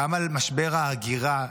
גם על משבר ההגירה באירופה,